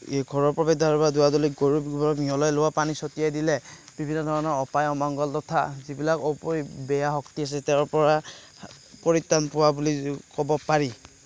এই ঘৰৰ প্ৰৱেশদ্বাৰ বা দুৱাৰডলিত গৰু গোবৰ মিহলাই লোৱা পানী ছটিয়াই দিলে বিভিন্ন ধৰণৰ অপায় অমংগল তথা যিবিলাক অপৰিক বেয়া শক্তি আছে তেওঁৰপৰা পৰিত্ৰাণ পোৱা বুলি ক'ব পাৰি